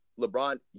LeBron